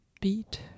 beat